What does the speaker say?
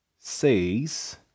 says